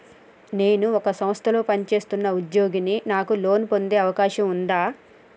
నేను ఒక సంస్థలో పనిచేస్తున్న ఉద్యోగిని నాకు లోను పొందే అవకాశం ఉందా?